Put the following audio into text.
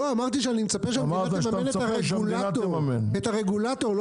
לא, אמרתי שאני מצפה שהמדינה תממן את הרגולטור.